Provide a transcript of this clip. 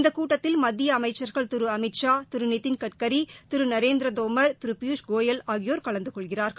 இந்த கூட்டத்தில் மத்திய அமைச்சர்கள் திரு அமித் ஷா நிதின் கட்கரி திரு நரேந்திரசிங் தோமர் திரு பியூஷ் கோயல் கலந்து கொள்கிறார்கள்